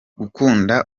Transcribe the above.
gukunda